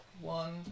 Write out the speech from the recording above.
One